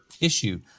issue